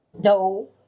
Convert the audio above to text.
No